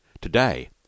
Today